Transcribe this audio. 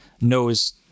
knows